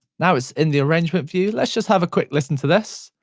now it's in the arrangement view. let's just have a quick listen to this.